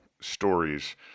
stories